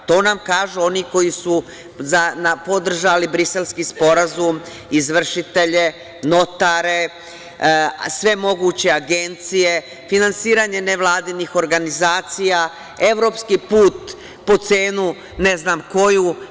To nam kažu oni koji su podržali Briselski sporazum, izvršitelje, notare, sve moguće agencije, finansiranje nevladinih organizacija, evropski put po cenu ne znam koju.